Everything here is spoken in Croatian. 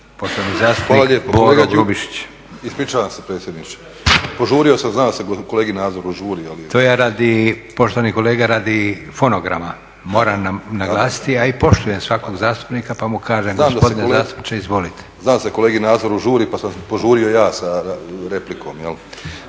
Kolega Đurović, ispričavam se predsjedniče, požurio sam, znam da se kolegi Nazoru žuri. … /Upadica predsjednik: To ja radi, poštovani kolega, radi fonogram, moram naglasiti, a i poštujem svakog zastupnika pa mu kažem gospodine zastupniče izvolite./ … Znam da se kolegi Nazoru žuri pa sam požurio ja sa replikom.